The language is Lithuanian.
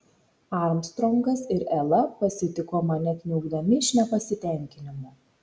armstrongas ir ela pasitiko mane kniaukdami iš nepasitenkinimo